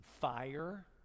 fire